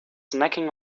snacking